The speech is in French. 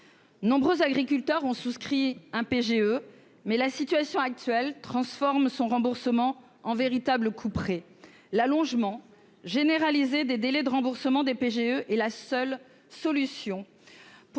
Nombre d'agriculteurs ont souscrit un prêt garanti par l'État (PGE), mais la situation actuelle transforme son remboursement en véritable couperet. Aussi, l'allongement généralisé des délais de remboursement des PGE est la seule solution